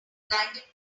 blinded